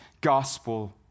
gospel